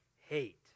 hate